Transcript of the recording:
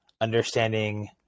understanding